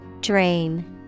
Drain